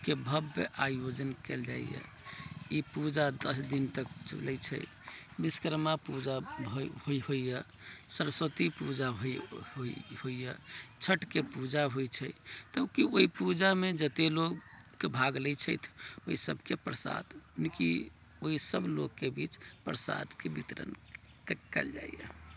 के भव्य आयोजन कयल जाइया ई पूजा दस दिन तक चलै छै विश्वकर्मा पूजा भी होइया सरस्वती पूजा होइया छठि के पूजा होइ छै कियाकि ओहि पूजा मे जते लोग भाग लै छथि ओहि सबके प्रसाद मतलब की ओहि सब लोग के बीच प्रसाद के वितरण कयल जाइया